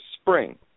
spring